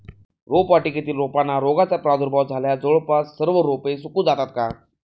रोपवाटिकेतील रोपांना रोगाचा प्रादुर्भाव झाल्यास जवळपास सर्व रोपे सुकून जातात का?